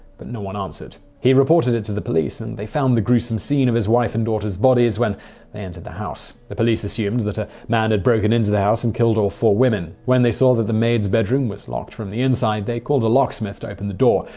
but no one answered. he reported it to the police, and they found the gruesome scene of his wife and daughter s bodies when they entered the house. the police assumed that a man broke and into the house and killed all four women. when they saw that the maids' bedroom was locked from the inside, they called a locksmith to open the door.